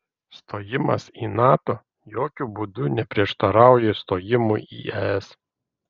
stojimas į nato jokiu būdu neprieštarauja stojimui į es